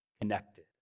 connected